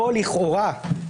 לכאורה,